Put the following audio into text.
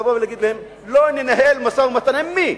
לבוא ולהגיד להם, לא ננהל משא-ומתן, עם מי?